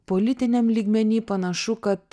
politiniam lygmeny panašu kad